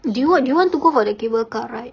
do you do you want to go for the cable car ride